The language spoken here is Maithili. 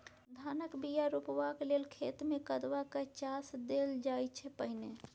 धानक बीया रोपबाक लेल खेत मे कदबा कए चास देल जाइ छै पहिने